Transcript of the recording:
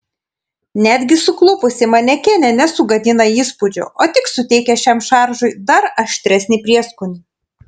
netgi suklupusi manekenė nesugadina įspūdžio o tik suteikia šiam šaržui dar aštresnį prieskonį